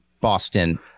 Boston